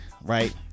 right